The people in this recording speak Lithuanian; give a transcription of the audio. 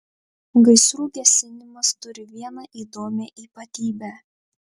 gaisrų gesinimas turi vieną įdomią ypatybę